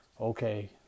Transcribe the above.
Okay